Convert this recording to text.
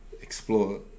explore